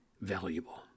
valuable